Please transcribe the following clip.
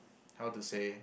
how to say